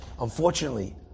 Unfortunately